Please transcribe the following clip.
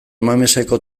mameseko